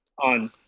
on